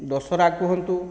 ଦଶହରା କୁହନ୍ତୁ